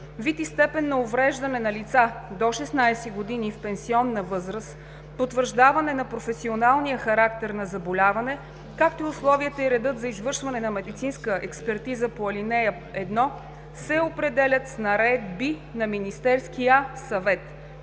и степен на увреждане на лица до 16 г., и в пенсионна възраст, потвърждаване на професионален характер на заболяване, както и условията и редът за извършване на медицинска експертиза по ал. 1 се определят с наредби на Министерския съвет.“